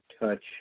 touch